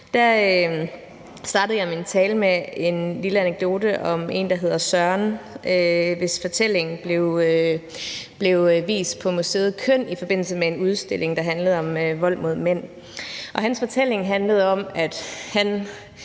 – startede jeg min tale med en lille anekdote om en, der hedder Søren, hvis fortælling blev vist på museet KØN i forbindelse med en udstilling, der handlede om vold mod mænd. Hans fortælling handlede om, at han